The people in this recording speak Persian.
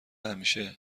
همیشه